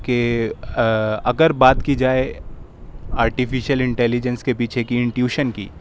کہ اگر بات کی جائے آرٹیفیشل انٹیلیجنس کے پیچھے کی انٹیوشن کی